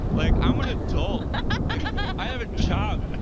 like i am an adult. i have a job.